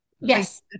Yes